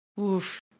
Oof